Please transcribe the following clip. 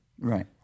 Right